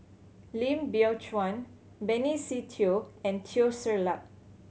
Lim Biow Chuan Benny Se Teo and Teo Ser Luck